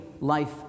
life